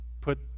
put